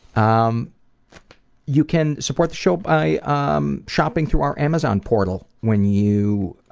um you can support the show by um shopping through our amazon portal when you